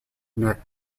near